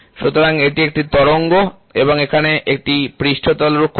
সুতরাং এটি একটি তরঙ্গ এবং এখানে এটি পৃষ্ঠতল রুক্ষতা